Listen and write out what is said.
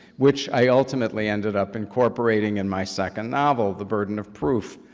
which i ultimately ended up incorporating in my second novel, the burden of proof.